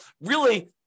really-